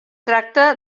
tracta